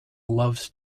loves